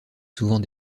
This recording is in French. souvent